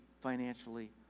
financially